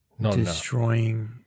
destroying